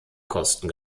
kosten